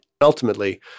ultimately